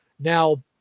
now